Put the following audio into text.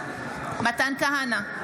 כהנא,